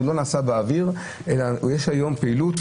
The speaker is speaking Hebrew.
היא לא נעשית באוויר אלא יש היום פעילות,